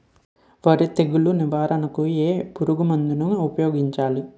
వరి తెగుల నివారణకు ఏ పురుగు మందు ను ఊపాయోగించలి?